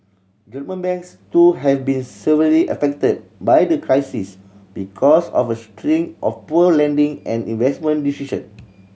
German banks too have been severely affected by the crisis because of a string of poor lending and investment decision